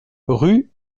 rue